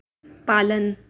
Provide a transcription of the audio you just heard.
पालन